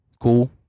Cool